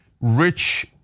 rich